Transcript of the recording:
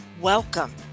Welcome